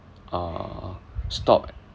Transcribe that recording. uh stop at